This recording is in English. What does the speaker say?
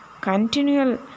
continual